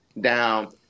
down